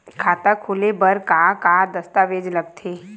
खाता खोले बर का का दस्तावेज लगथे?